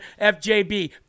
FJB